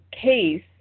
case